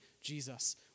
Jesus